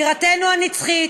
בירתנו הנצחית,